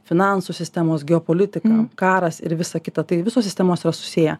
finansų sistemos geopolitika karas ir visa kita tai visos sistemos yra susiję